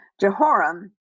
Jehoram